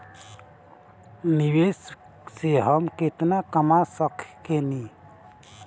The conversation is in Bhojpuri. निवेश से हम केतना कमा सकेनी?